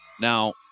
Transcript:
Now